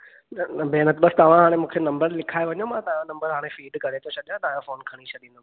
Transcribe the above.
न न भेण बस तव्हां हाणे मूंखे नंबर लिखायांव मां तव्हां जो नंबर हाणे फीड करे थो छॾियां तव्हां जो फोन खणी छॾींदुमि मां